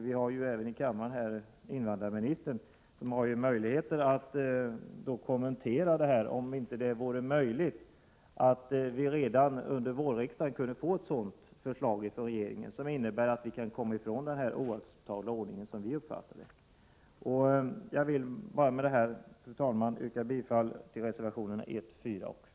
Vi har invandrarministern här i kammaren, och han har möjlighet att kommentera om det inte vore möjligt att vi redan under vårriksdagen kunde få ett förslag från regeringen som innebär att vi kan komma ifrån en ordning som måste uppfattas som oacceptabel. Fru talman! Jag vill med det här yrka bifall till reservationerna 1, 4 och 6.